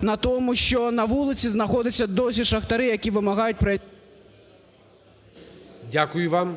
на те, що на вулиці знаходяться й досі шахтарі, які вимагають… ГОЛОВУЮЧИЙ. Дякую вам.